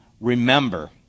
remember